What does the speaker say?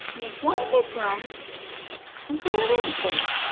make one big room and call it ev'rything.